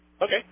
Okay